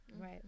right